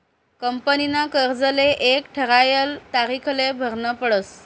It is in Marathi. कंपनीना कर्जले एक ठरायल तारीखले भरनं पडस